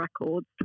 Records